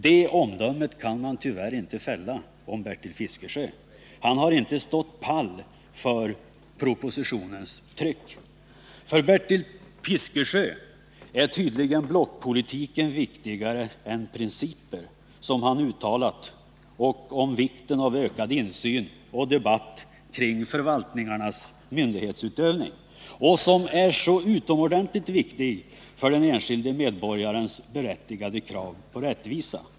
Det omdömet kan man inte fälla om Bertil Fiskesjö. Han har inte stått pall för propositionens tryck. För Bertil Fiskesjö är tydligen blockpolitiken viktigare än principer som han uttalat om vikten av ökad insyn och debatt kring förvaltningarnas myndighetsutövning och som är så utomordentligt viktiga för den enskilde medborgarens berättigade krav på rättvisa.